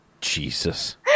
Jesus